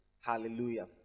hallelujah